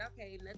okay